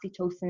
oxytocin